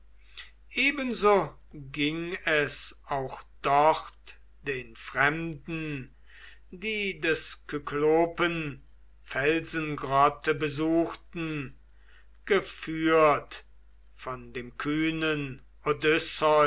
ebenso ging es auch dort den freunden die des kyklopen felsengrotte besuchten geführt von dem kühnen